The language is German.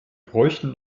bräuchten